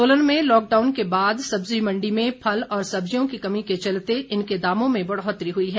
सोलन में लॉकडाउन के बाद सब्जी मण्डी में फल और सब्जियों कमी के चलते इनके दामों में बढ़ोतरी हुई है